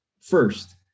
First